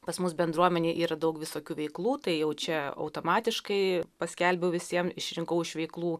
pas mus bendruomenėj yra daug visokių veiklų tai jau čia automatiškai paskelbiau visiem išrinkau iš veiklų